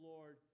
Lord